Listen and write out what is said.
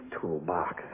toolbox